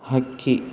ಹಕ್ಕಿ